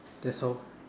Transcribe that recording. that's all